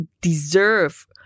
deserve